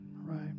Right